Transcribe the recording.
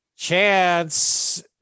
chance